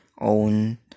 own